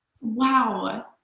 Wow